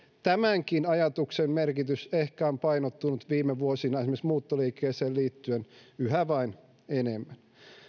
tämänkin ajatuksen merkitys on ehkä painottunut viime vuosina esimerkiksi muuttoliikkeeseen liittyen yhä vain enemmän